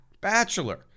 Bachelor